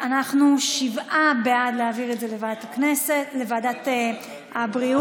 אנחנו שבעה בעד להעביר את זה לוועדת העבודה,